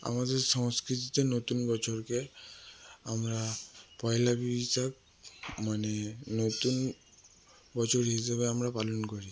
আমাদের সংস্কৃতিতে নতুন বছরকে আমরা পয়লা বৈশাখ মানে নতুন বছর হিসেবে আমরা পালন করি